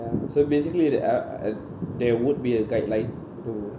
so basically there are uh there would be a guideline to